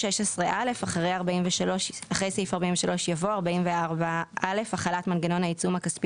"(16א) אחרי סעיף 43 יבוא 44א "החלת מנגנון העיצום הכספי